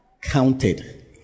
counted